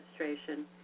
administration